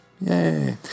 Yay